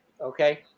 Okay